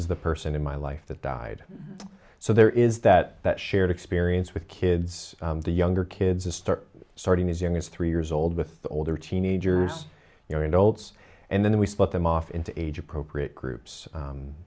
is the person in my life that died so there is that that shared experience with kids the younger kids start starting as young as three years old with older teenagers you know adults and then we split them off into age appropriate groups